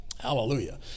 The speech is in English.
Hallelujah